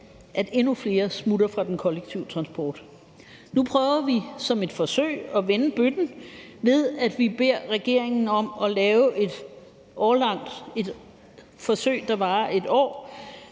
at endnu flere smutter fra den kollektive transport. Nu prøver vi som et forsøg at vende bøtten; vi beder regeringen om at lave et forsøg, der varer et år,